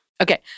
Okay